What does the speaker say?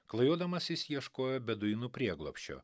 klajodamas jis ieškojo beduinų prieglobsčio